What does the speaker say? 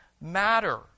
matter